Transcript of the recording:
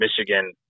Michigan